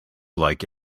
like